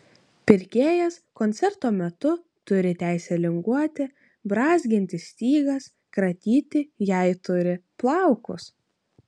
pirkėjas koncerto metu turi teisę linguoti brązginti stygas kratyti jei turi plaukus